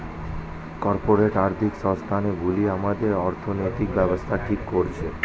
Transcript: corporate আর্থিক সংস্থান গুলি আমাদের অর্থনৈতিক ব্যাবস্থা ঠিক করছে